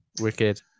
Wicked